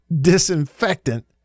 disinfectant